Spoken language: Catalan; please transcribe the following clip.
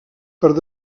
pot